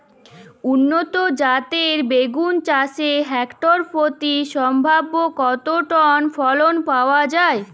উন্নত জাতের বেগুন চাষে হেক্টর প্রতি সম্ভাব্য কত টন ফলন পাওয়া যায়?